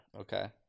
Okay